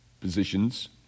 positions